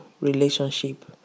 relationship